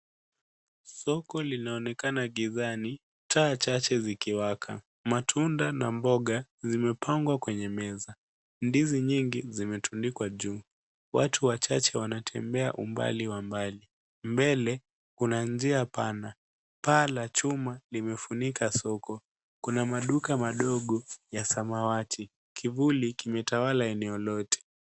Soko linaonekana gizani, taa chache zikiwaka. Matunda na mboga zimepangwa kwenye meza . Ndizi nyingi zimetundikwa juu. Watu wachache wanatembea umbali wa mbali. Mbele kuna njia pana. Paa la chuma limefunika soko. Kuna maduka madogo ya samawati. Kivuli kimetawala eneo lote.